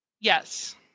Yes